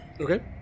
Okay